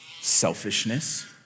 Selfishness